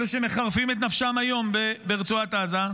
אלו שמחרפים את נפשם היום ברצועת עזה,